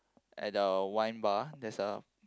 at the wine bar there is a